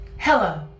Hello